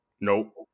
nope